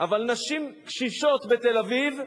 אבל נשים קשישות בתל-אביב,